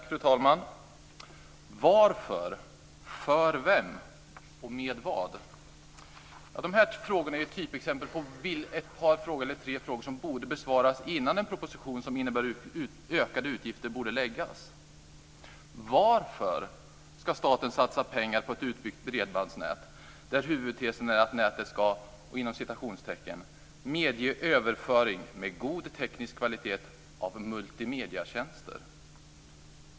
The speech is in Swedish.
Fru talman! Varför, för vem och med vad? De här tre frågorna är typexempel på frågor som borde besvaras innan en proposition som innebär ökade utgifter läggs. Varför ska staten satsa pengar på ett utbyggt bredbandsnät där huvudtesen är att nätet ska "medge överföring med god teknisk kvalitet av multimedietjänster"?